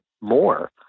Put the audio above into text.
more